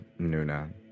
Nuna